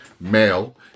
male